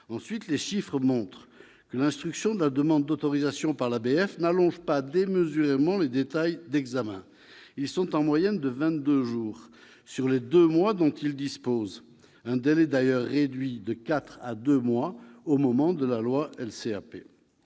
Ensuite, les chiffres montrent que l'instruction de la demande d'autorisation par l'ABF n'allonge pas démesurément les délais d'examen : ils sont en moyenne de 22 jours sur les deux mois dont il dispose, un délai d'ailleurs réduit de quatre à deux mois au moment de l'examen